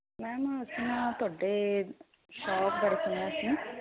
ma'am ਅਸੀਂ ਨਾ ਤੁਹਾਡੇ ਸ਼ੌਪ